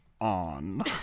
on